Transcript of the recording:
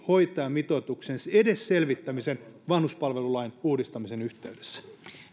edes hoitajamitoituksen selvittämisen vanhuspalvelulain uudistamisen yhteydessä